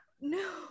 No